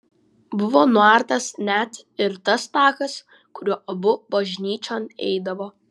buvo nuartas net ir tas takas kuriuo abu bažnyčion eidavo